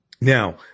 Now